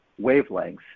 wavelengths